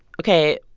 ok,